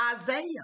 Isaiah